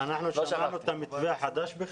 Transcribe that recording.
אנחנו בכלל שמענו את המתווה החדש?